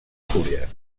fulles